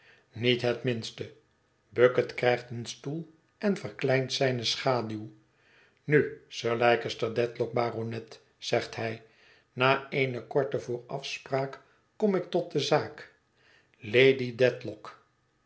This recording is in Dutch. niet het minste bucket krijgt een stoel en verkleint zijne schaduw nu sir leicester dedlock baronet zegt hij na eene korte voorafspraak isorp ik tot de zaak lady